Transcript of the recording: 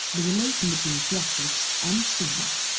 the relation between theatrics and cinema.